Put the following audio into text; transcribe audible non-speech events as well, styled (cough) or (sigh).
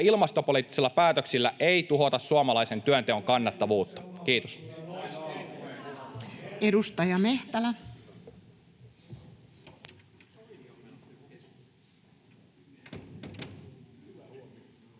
ilmastopoliittisilla päätöksillä ei tuhota suomalaisen työn teon kannattavuutta. — Kiitos. (noise)